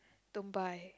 don't buy